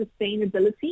sustainability